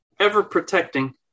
ever-protecting